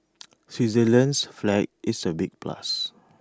Switzerland's flag is A big plus